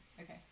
Okay